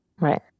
Right